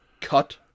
cut